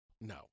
No